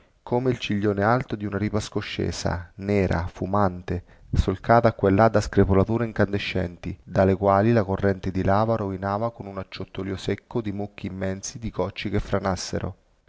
come il ciglione alto di una ripa scoscesa nera fumante solcata qua e là da screpolature incandescenti dalle quali la corrente di lava rovinava con un acciottolío secco di mucchi immensi di cocci che franassero